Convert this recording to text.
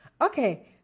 Okay